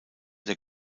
der